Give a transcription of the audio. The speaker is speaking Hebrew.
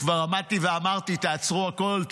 כבר עמדתי ואמרתי: תעצרו את הכול,